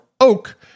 oak